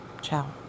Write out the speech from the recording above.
Ciao